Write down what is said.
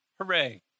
Hooray